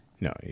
no